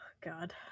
god